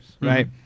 Right